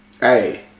hey